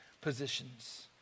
positions